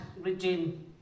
regime